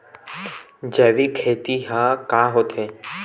जैविक खेती ह का होथे?